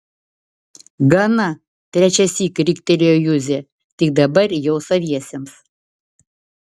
gana trečiąsyk riktelėjo juzė tik dabar jau saviesiems